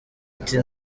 ati